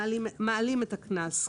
מעלים את גובה הקנס.